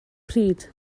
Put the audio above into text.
pryd